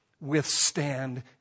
withstand